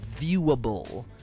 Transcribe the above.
viewable